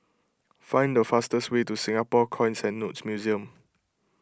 find the fastest way to Singapore Coins and Notes Museum